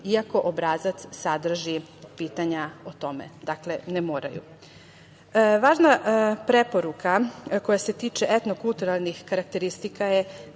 iako obrazac sadrži pitanja o tome. Dakle, ne moraju. Važna preporuka koja se tiče etno-kulturalnih karakteristika je